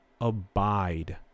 abide